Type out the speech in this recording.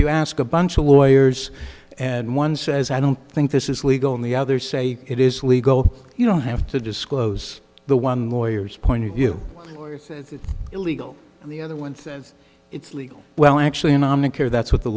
you ask a bunch of lawyers and one says i don't think this is legal and the others say it is legal you don't have to disclose the one lawyers point of view illegal and the other when it's legal well actually anomic care that's what the